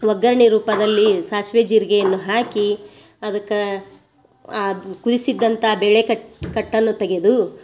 ಒಗ್ಗರ್ಣೆ ರೂಪದಲ್ಲಿ ಸಾಸ್ವೆ ಜೀರ್ಗೆಯನ್ನು ಹಾಕಿ ಅದಕ್ಕೆ ಆ ಕುದಿಸಿದ್ದಂಥ ಬೇಳೆ ಕಟ್ ಕಟ್ಟನ್ನು ತೆಗೆದು